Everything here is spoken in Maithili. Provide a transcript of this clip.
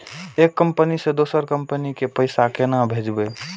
एक कंपनी से दोसर कंपनी के पैसा केना भेजये?